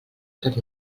tot